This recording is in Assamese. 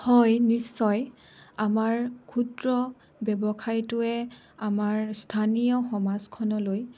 হয় নিশ্চয় আমাৰ ক্ষুদ্ৰ ব্যৱসায়টোৱে আমাৰ স্থানীয় সমাজখনলৈ